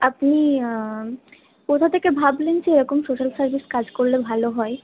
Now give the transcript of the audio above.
আপনি কোথা থেকে ভাবলেন যে এরকম সোশ্যাল সার্ভিস কাজ করলে ভালো হয়